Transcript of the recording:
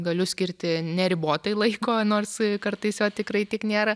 galiu skirti neribotai laiko nors kartais jo tikrai tiek nėra